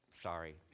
Sorry